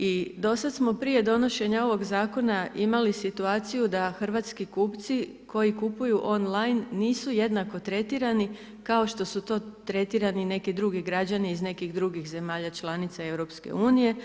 I do sada smo prije donošenja ovog zakona imali situaciju da hrvatski kupci koji kupuju on-line nisu jednako tretirani kao što su to tretirani neki drugi građani iz nekih drugih zemalja članica EU.